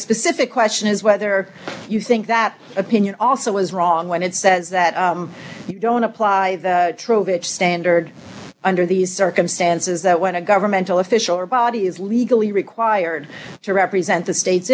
specific question is whether you think that opinion also is wrong when it says that you don't apply the standard under these circumstances that when a governmental official or body is legally required to represent the state